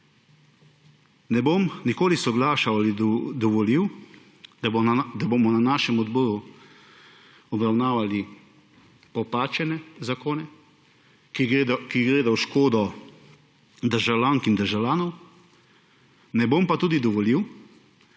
ne bom nikoli soglašal ali dovolil, da bomo na našem odboru obravnavali popačene zakone, ki gredo v škodo državljank in državljanov, ne bom pa tudi dovolil,